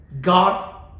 God